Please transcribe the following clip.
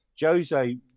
Jose